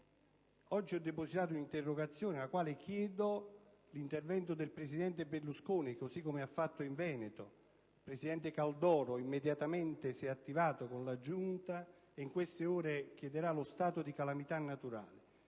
Oggi ho depositato un'interrogazione con la quale chiedo l'intervento del presidente Berlusconi, così come avvenuto in Veneto. Il presidente Caldoro si è immediatamente attivato con la Giunta, e in queste ore chiederà lo stato di calamità naturale.